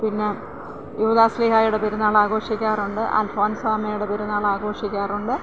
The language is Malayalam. പിന്നെ യൂദാസ്ലീഹായുടെ പെരുന്നാൾ ആഘോഷിക്കാറുണ്ട് അല്ഫോണ്സാമ്മയുടെ പെരുന്നാൾ ആഘോഷിക്കാറുണ്ട്